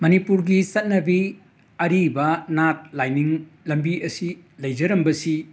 ꯃꯅꯤꯄꯨꯔꯒꯤ ꯆꯠꯅꯕꯤ ꯑꯔꯤꯕ ꯅꯥꯠ ꯂꯥꯏꯅꯤꯡ ꯂꯝꯕꯤ ꯑꯁꯤ ꯂꯩꯖꯔꯝꯕꯁꯤ